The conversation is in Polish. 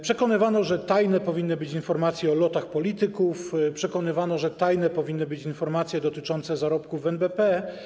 Przekonywano, że tajne powinny być informacje o lotach polityków, przekonywano, że tajne powinny być informacje dotyczące zarobków w NBP.